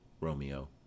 Romeo